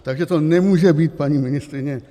Takže to nemůže být, paní ministryně, 900.